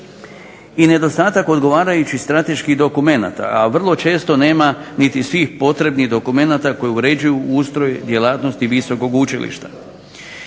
i nedostatak odgovarajućih strateških dokumenata, a vrlo često nema niti svih potrebnih dokumenata koji uređuju ustroj, djelatnost i visokog učilišta.